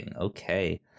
Okay